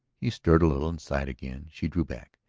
he stirred a little and sighed again. she drew back,